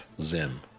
Zim